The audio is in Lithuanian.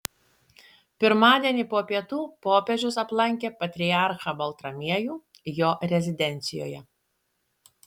pirmadienį po pietų popiežius aplankė patriarchą baltramiejų jo rezidencijoje